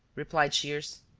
replied shears.